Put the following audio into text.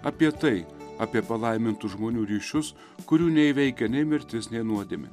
apie tai apie palaimintų žmonių ryšius kurių neįveikia nei mirtis nei nuodėmė